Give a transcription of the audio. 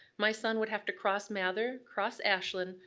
my son would have to cross mather, cross ashland,